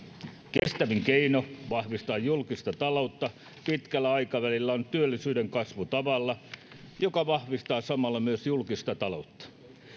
kestävin keino vahvistaa julkista taloutta pitkällä aikavälillä on työllisyyden kasvu tavalla joka vahvistaa samalla myös julkista taloutta